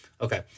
Okay